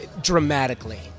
dramatically